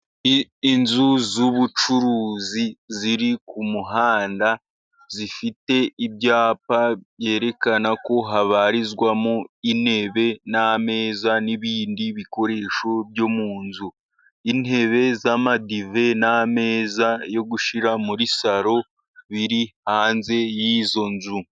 Inzu z'ubucuruzi ziri ku muhanda, zifite ibyapa byerekana ko habarizwamo intebe n'ameza n'ibindi bikoresho byo mu nzu, intebe z'amadive n'ameza yo gushyira muri salo, biri hanze y'izo nzu.